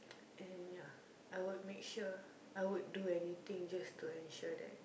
and ya I would make sure I would do anything just to ensure that